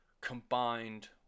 combined